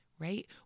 right